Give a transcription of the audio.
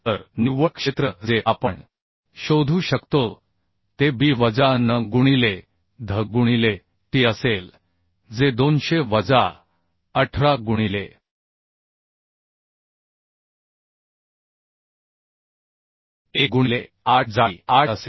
तर निव्वळ क्षेत्र जे आपण शोधू शकतो ते b वजा n गुणिले dh गुणिले t असेल जे 200 वजा 18 गुणिले 1 गुणिले 8 जाडी 8 असेल